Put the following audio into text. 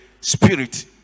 spirit